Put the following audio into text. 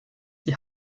die